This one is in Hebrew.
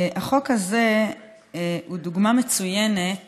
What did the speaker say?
החוק הזה הוא דוגמה מצוינת